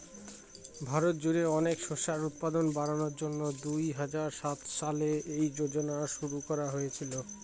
ভারত জুড়ে অনেক শস্যের উৎপাদন বাড়ানোর জন্যে দুই হাজার সাত সালে এই যোজনা শুরু হয়েছিল